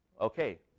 okay